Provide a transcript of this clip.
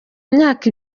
imyaka